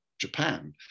Japan